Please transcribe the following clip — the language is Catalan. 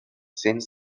cents